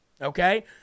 okay